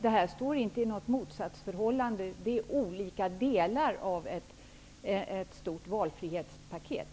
Detta står inte i något motsatsförhållande, utan det är olika delar av ett stort valfrihetspaket.